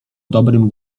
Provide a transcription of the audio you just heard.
dobrym